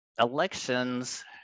elections